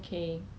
what